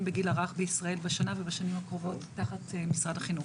בגיל הרך בישראל בשנה ובשנים הקרובות תחת משרד החינוך.